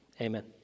Amen